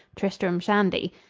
tristram shandy.